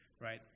Right